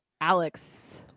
Alex